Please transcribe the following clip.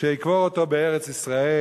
שיקבור אותו בארץ-ישראל: